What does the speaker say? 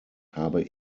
habe